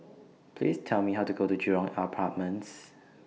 Please Tell Me How to get to Jurong Apartments